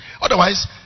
otherwise